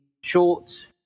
short